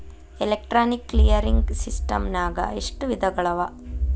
Electronic clearing ಸಿಸ್ಟಮ್ನಾಗ ಎಷ್ಟ ವಿಧಗಳವ?